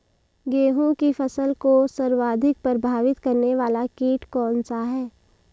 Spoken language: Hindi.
गेहूँ की फसल को सर्वाधिक प्रभावित करने वाला कीट कौनसा है?